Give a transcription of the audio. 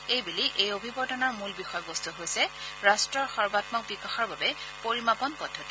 এইবেলি এই অভিৱৰ্তনৰ মূল বিষয়বস্তু হৈছে ৰাট্টৰ সৰ্বামক বিকাশৰ বাবে পৰিমাপণ পদ্ধতি